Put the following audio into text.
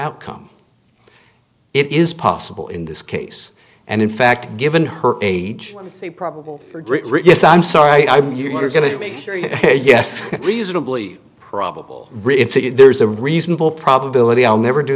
outcome it is possible in this case and in fact given her age a probable yes i'm sorry i'm going to make a yes reasonably probable there's a reasonable probability i'll never do